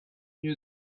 music